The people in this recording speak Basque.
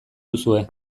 duzue